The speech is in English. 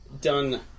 done